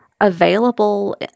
available